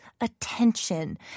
attention